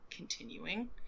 Continuing